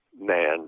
man